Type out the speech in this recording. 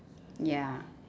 ya